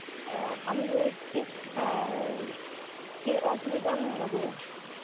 ᱟᱢ ᱫᱚ ᱪᱮᱫ ᱪᱮᱫ ᱚᱥᱩᱵᱤᱫᱷᱟᱢ ᱩᱫᱩᱜᱟ